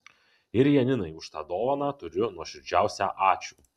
ir janinai už tą dovaną tariu nuoširdžiausią ačiū